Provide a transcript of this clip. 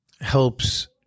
helps